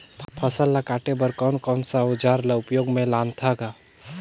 फसल ल काटे बर कौन कौन सा अउजार ल उपयोग में लानथा गा